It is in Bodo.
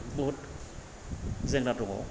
बहुद जेंना दङ